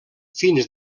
fins